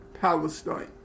Palestine